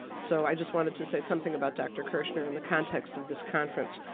so i just wanted to say something about dr. kirschner in the context of this conference.